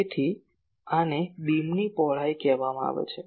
તેથી આને બીમની પહોળાઈ કહેવામાં આવે છે